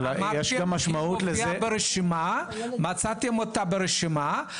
אבל יש גם משמעות לזה --- מצאתם אותה ברשימה,